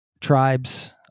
tribes